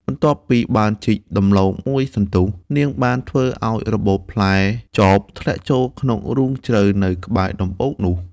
បន្ទាប់ពីបានជីកដំឡូងមួយសន្ទុះ នាងបានធ្វើឲ្យរបូតផ្លែចបធ្លាក់ចូលក្នុងរូងជ្រៅនៅក្បែរដំបូកនោះ។